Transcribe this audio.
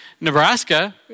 Nebraska